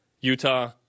Utah